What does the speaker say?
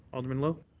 alderman lowe.